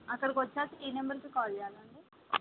అక్కడికి వచ్చాక ఈ నుంబర్కి కాల్ చేయాలా అండి